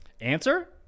Answer